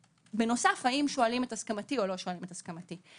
ובנוסף האם שואלים את הסכמתי או לא שואלים את הסכמתי?